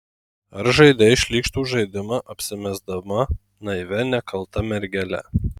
ar žaidei šlykštų žaidimą apsimesdama naivia nekalta mergele